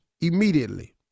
immediately